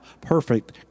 perfect